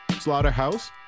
slaughterhouse